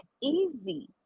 easy